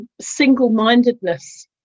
single-mindedness